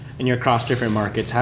and you're across different markets,